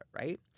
right